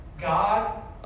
God